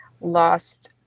lost